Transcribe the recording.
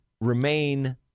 remain